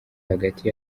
hagati